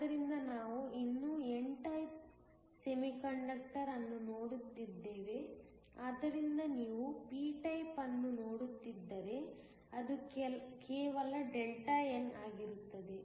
ಆದ್ದರಿಂದ ನಾವು ಇನ್ನೂ ಎನ್ ಟೈಪ್ ಸೆಮಿಕಂಡಕ್ಟರ್ ಅನ್ನು ನೋಡುತ್ತಿದ್ದೇವೆ ಆದರೆ ನೀವು p ಟೈಪ್ ಅನ್ನು ನೋಡುತ್ತಿದ್ದರೆ ಅದು ಕೇವಲ Δn ಆಗಿರುತ್ತದೆ